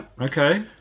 okay